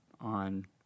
on